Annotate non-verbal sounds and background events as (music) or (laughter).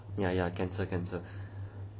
ya ya cancer cancer (breath)